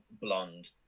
blonde